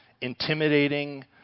intimidating